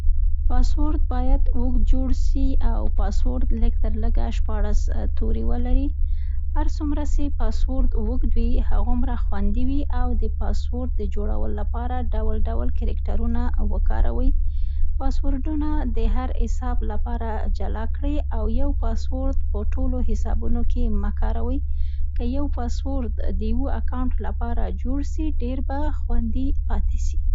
پاسورد باید اوږد جوړ سي او پاسورد لږ تر لږه شپاړس توري ولري. هر څومره سی پاسورد اوږد وي، هغومره خوندي وي اود پاسورد جوړولو لپاره ډول ډول کرکټرونه وکاروئ. پاسورډونه د هر حساب لپاره جلا کړئ او یو پاسورد په ټولو حسابونو کې مه کاروئ. که یو پاسورد، د یوه اکونت لپاره جوړ سي ډېر به خوندي پاتې سي.